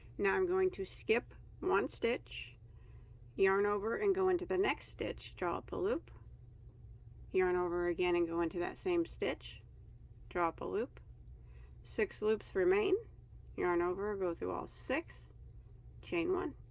now i'm going to skip one stitch yarn over and go into the next stitch draw up a loop yarn over again and go into that same stitch draw up a loop six loops remain yarn over go through all six chain one